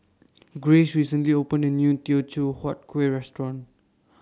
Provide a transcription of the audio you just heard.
Grace recently opened A New Teochew Huat Kueh Restaurant